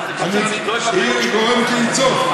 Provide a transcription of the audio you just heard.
היא גורמת לי לצעוק.